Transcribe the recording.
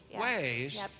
ways